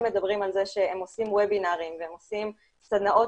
מדברים על זה שהם עושים ובינרים והם עושים סדנאות